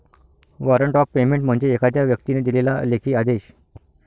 warrant of payment म्हणजे एखाद्या व्यक्तीने दिलेला लेखी आदेश